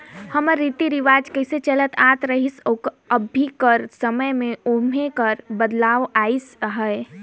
में हमर रीति रिवाज कइसे चलत आत रहिस अउ अभीं कर समे में ओम्हां का बदलाव अइस अहे